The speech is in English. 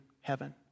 heaven